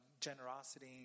generosity